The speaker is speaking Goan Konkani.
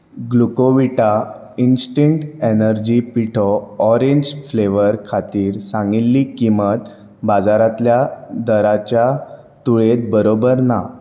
ग्लुकोविटा इन्स्टींट एनर्जी पिठो ऑरेंज फ्लेवरा खातीर सांगिल्ली किंमत बाजारांतल्या दरांच्या तुळेंत बरोबर ना